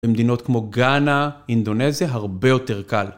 במדינות כמו גאנה, אינדונזיה הרבה יותר קל.